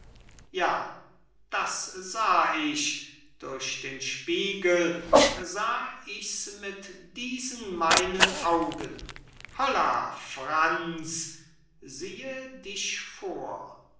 ja das sah ich durch den spiegel sah ich's mit diesen meinen augen holla franz siehe dich vor